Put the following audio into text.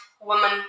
woman